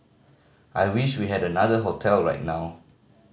I wish we had another hotel right now